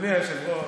אדוני היושב-ראש,